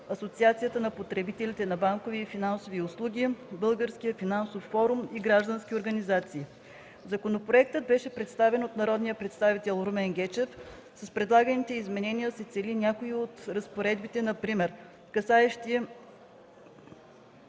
Асоциацията на потребителите на банкови и финансови услуги, Българския финансов форум и граждански организации. Законопроектът беше представен от народния представител Румен Гечев. С предлаганите изменения се цели някои от разпоредбите например – касаещи